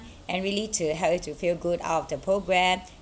and really to help you to feel good out of the programme